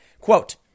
Quote